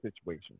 situation